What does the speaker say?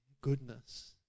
goodness